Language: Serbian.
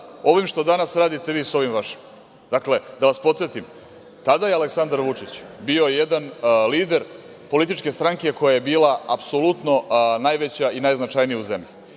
ovim što danas radite vi sa ovim vašim. Dakle, da vas podsetim, tada je Aleksandar Vučić bio jedan lider političke stranke koja je bila apsolutno najveća i najznačajnija u zemlji